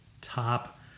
top